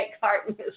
carton